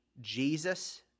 Jesus